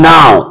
Now